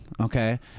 Okay